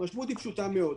המשמעות היא פשוטה מאוד: